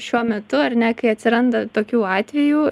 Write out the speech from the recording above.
šiuo metu ar ne kai atsiranda tokių atvejų